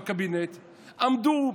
ביקורת נגד יהודים זה חופש ביטוי,